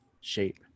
shape